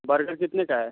burger कितने का है